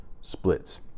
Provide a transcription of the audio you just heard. splits